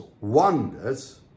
wonders